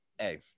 Hey